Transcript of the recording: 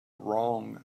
wrong